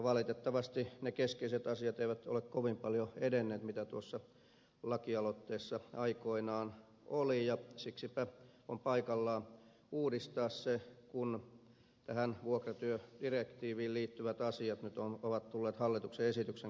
valitettavasti ne keskeiset asiat eivät ole kovin paljon edenneet joita tuossa lakialoitteessa aikoinaan oli ja siksipä on paikallaan uudistaa se kun tähän vuokratyödirektiiviin liittyvät asiat nyt ovat tulleet hallituksen esityksen kautta päätettäviksi